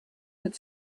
had